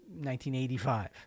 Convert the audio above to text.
1985